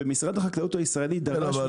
ומשרד החקלאות הישראלי דרש -- כן אבל